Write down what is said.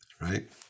right